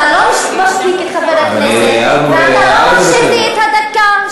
אתה לא משתיק את חבר הכנסת ואתה לא מחשיב לי את הדקה.